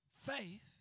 Faith